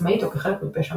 עצמאית או כחלק מפשע מאורגן.